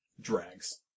drags